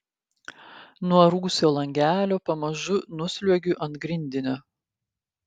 nuo rūsio langelio pamažu nusliuogiu ant grindinio